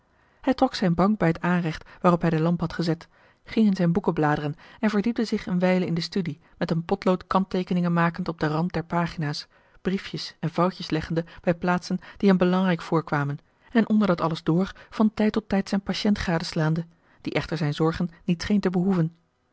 hij trok zijne bank bij het aanrecht waarop hij de lamp had gezet ging in zijne boeken bladeren en verdiepte zich eene wijle in de studie met een potlood kantteekeningen makend op den rand der pagina's briefjes en vouwtjes leggende bij plaatsen die hem belangrijk voorkwamen en onder dat alles door van tijd tot tijd zijn patiënt gadeslaande die echter zijne zorgen niet scheen te behoeven